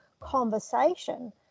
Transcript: conversation